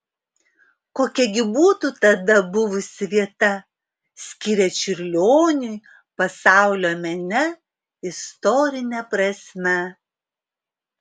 kokia gi būtų tada buvusi vieta skiria čiurlioniui pasaulio mene istorine prasme